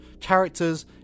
Characters